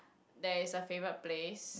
there is a favourite place